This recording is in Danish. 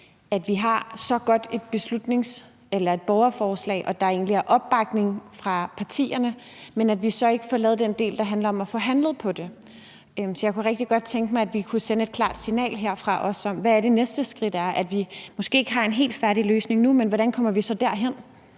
at vi har så godt et borgerforslag og der vil være opbakning fra partierne, men at vi så ikke får lavet den del, der handler om at få handlet på det. Så jeg kunne rigtig godt tænke mig, at vi kunne sende et klart signal herfra om, hvad det næste skridt er. Vi har måske ikke en helt færdig løsning nu, men hvordan kommer vi så derhen?